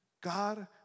God